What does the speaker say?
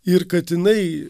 ir kad jinai